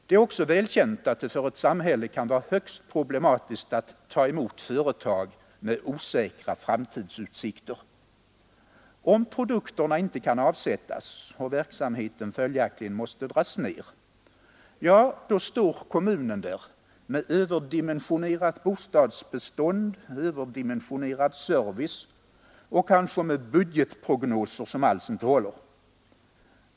Det är också välkänt att det för ett samhälle kan vara högst problematiskt att ta emot företag med osäkra framtidsutsikter. Om produkterna inte kan avsättas och verksamheten följaktligen måste dras ned, då står kommunen där med överdimensionerat bostadsbestånd, med överdimensionerad service och kanske med budgetprognoser som alls inte håller.